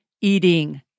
eating